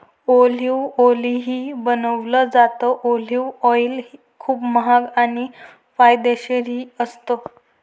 olive ऑईलही बनवलं जातं, ऑलिव्ह ऑईल खूप महाग आणि फायदेशीरही असतं